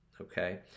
Okay